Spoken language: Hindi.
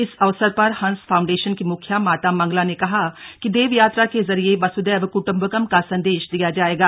इस अवसर पर हंस फाउंडेशन की मुखिया माता मंगला ने कहा कि देवयात्रा के जरिए वसुदैव कुटुम्बकम् का संदेश दिया जाएगा